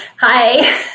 Hi